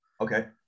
okay